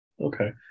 Okay